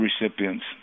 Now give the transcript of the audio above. recipients